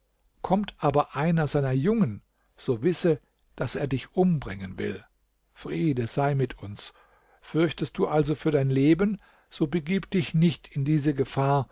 kommt aber einer seiner jungen so wisse daß er dich umbringen will friede sei mit uns fürchtest du also für dein leben so begib dich nicht in diese gefahr